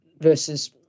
versus